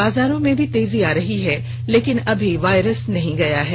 बाजारों में भी तेजी आ रही है लेकिन अभी वायरस नहीं गया है